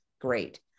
Great